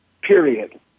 period